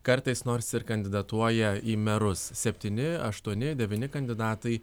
kartais nors ir kandidatuoja į merus septyni aštuoni devyni kandidatai